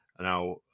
Now